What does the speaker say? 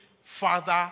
father